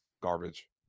garbage